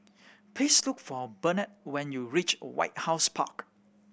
please look for Burnett when you reach White House Park